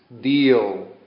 deal